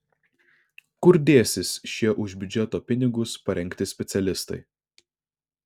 kur dėsis šie už biudžeto pinigus parengti specialistai